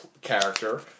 character